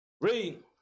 read